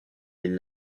les